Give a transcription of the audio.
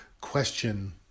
question